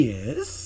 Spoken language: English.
Yes